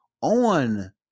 on